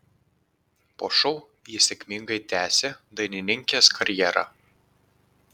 po šou ji sėkmingai tęsė dainininkės karjerą